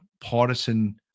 partisan